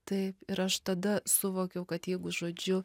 taip ir aš tada suvokiau kad jeigu žodžiu